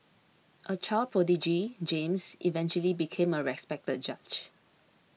a child prodigy James eventually became a respected judge